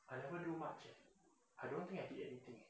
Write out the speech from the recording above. I never do much eh I don't think I did anything